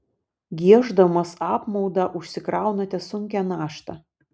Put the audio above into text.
gieždamas apmaudą užsikraunate sunkią naštą